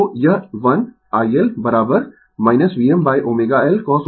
तो यह 1 iL Vmω L cosω t